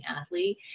athlete